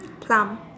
plum